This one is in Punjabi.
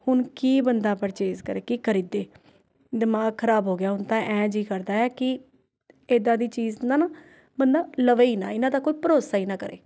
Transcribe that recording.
ਹੁਣ ਕੀ ਬੰਦਾ ਪ੍ਰਚੇਸ ਕਰੇ ਕੀ ਖਰੀਦੇ ਦਿਮਾਗ ਖਰਾਬ ਹੋ ਗਿਆ ਹੁਣ ਤਾਂ ਐਂ ਜੀਅ ਕਰਦਾ ਹੈ ਕਿ ਏਦਾਂ ਦੀ ਚੀਜ਼ ਨਾ ਨਾ ਬੰਦਾ ਲਵੇ ਹੀ ਨਾ ਇਹਨਾਂ ਦਾ ਕੋਈ ਭਰੋਸਾ ਹੀ ਨਾ ਕਰੇ